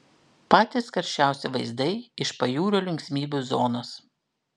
patys karščiausi vaizdai iš pajūrio linksmybių zonos